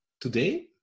today